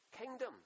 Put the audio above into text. kingdom